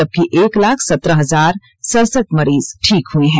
जबकि एक लाख सत्रह हजार सरसठ मरीज ठीक हुए हैं